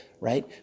right